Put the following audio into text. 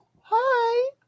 hi